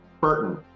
Burton